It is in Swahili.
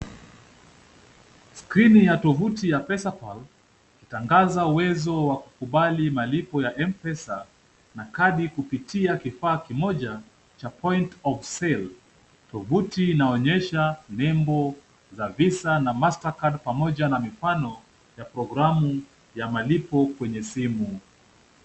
Skrini ya tuvuti ya PesaPal ikitangaza uwezo wa kukubali malipo ya M-Pesa na kadi kupitia kifaa kimoja cha point of sale . Tuvuti inaonyesha nembo za Visa na Mastercard pamoja na mifano ya programu ya malipo kwenye simu.